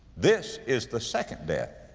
this is the second death.